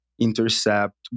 intercept